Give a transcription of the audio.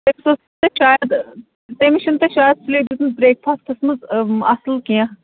تٔمِس تۄہہِ شایَد تٔمِس چھِنہٕ تۄہہِ شایَد سُلے دیُتمُت برٛیک فاسٹَس منٛز اَصٕل کیٚنہہ